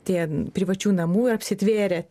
tie privačių namų ir apsitvėrę